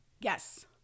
Yes